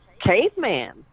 caveman